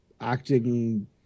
acting